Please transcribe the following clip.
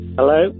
Hello